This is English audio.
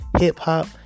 hip-hop